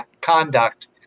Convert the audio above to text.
conduct